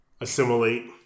assimilate